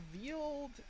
revealed